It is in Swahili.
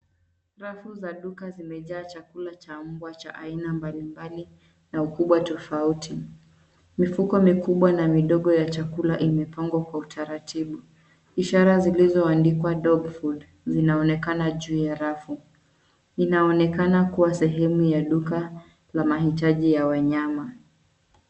Rafu za duka zimejaa chakula cha mbwa cha aina mbalimbali na ukubwa tofauti. Mifuko mikubwa na midogo imepangwa kwa utaratibu. Ishara zilizoandikwa dog food zinaonekana juu ya rafu. Inaonekana kuwa sehemu ya duka za mahitaji ya wanyama.